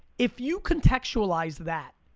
if you contextualize that,